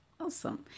Awesome